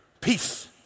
peace